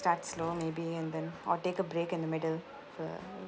start slow maybe and then or take a break in the middle for